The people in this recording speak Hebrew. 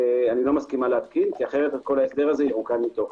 אני לא מסכימה להתקין אחרת כל ההסדר הזה ירוקן מתוכן.